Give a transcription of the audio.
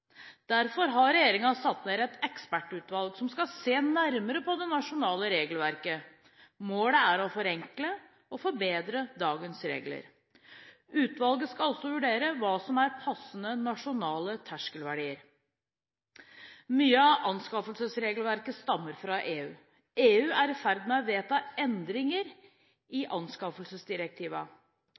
Derfor har regjeringen satt ned et ekspertutvalg som skal se nærmere på det nasjonale regelverket. Målet er å forenkle og forbedre dagens regler. Utvalget skal også vurdere hva som er passende nasjonal terskelverdi. Mye av anskaffelsesregelverket stammer fra EU. EU er i ferd med å vedta endringer i